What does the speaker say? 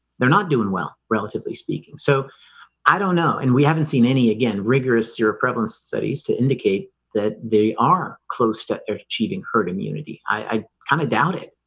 they're not doing well relatively speaking. so i don't know and we haven't seen any again rigorous zero prevalence studies to indicate that they are close to their achieving hurt immunity. i kind of doubt it.